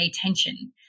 attention